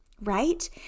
right